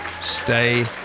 stay